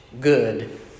good